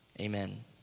amen